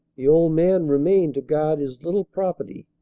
the old man remained to guard his little property.